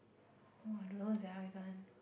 !wah! I don't know sia this one